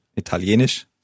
Italienisch